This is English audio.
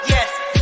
Yes